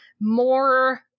more